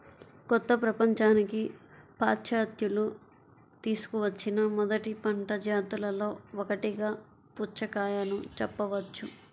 కొత్త ప్రపంచానికి పాశ్చాత్యులు తీసుకువచ్చిన మొదటి పంట జాతులలో ఒకటిగా పుచ్చకాయను చెప్పవచ్చు